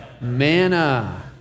Manna